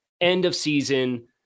end-of-season